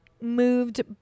moved